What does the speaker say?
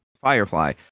firefly